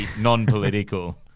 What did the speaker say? non-political